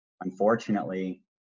unfortunately